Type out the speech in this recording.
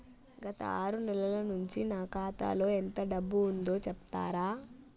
గత ఆరు నెలల నుంచి నా ఖాతా లో ఎంత డబ్బు ఉందో చెప్తరా?